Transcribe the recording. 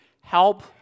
help